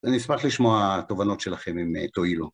אני אשמח לשמוע... תובנות שלכם, אם אה, תואילו.